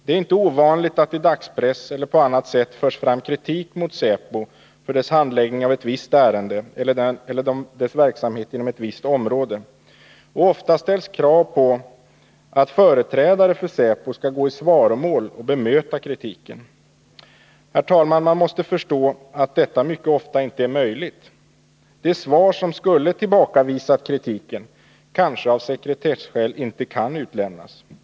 Det är inte ovanligt att det i dagspressen eller på annat sätt förs fram kritik mot säkerhetspolisen med anledning av dess handläggning av ett visst ärende eller dess verksamhet inom ett visst område. Oftast ställs det krav på att företrädare för säkerhetspolisen skall bemöta kritiken. Herr talman! Man måste förstå att detta mycket ofta inte är möjligt. Det svar som skulle tillbakavisa kritiken kan kanske inte lämnas av sekretesskäl.